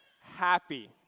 happy